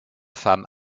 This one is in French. femme